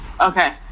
Okay